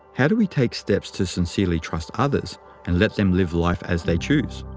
how do we take steps to sincerely trust others and let them live life as they choose?